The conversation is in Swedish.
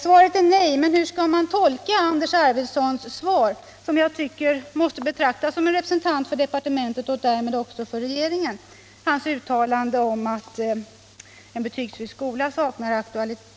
Svaret är nej, men kan man tolka Anders Arfwedsons uttalande att en betygsfri skola saknar aktualitet på annat sätt än att regeringen har bestämt sig för att betygen skall vara kvar?